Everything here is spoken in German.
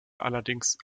allerdings